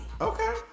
Okay